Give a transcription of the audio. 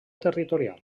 territorial